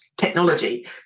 technology